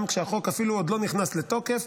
אפילו כשהחוק עוד לא נכנס לתוקף.